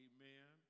Amen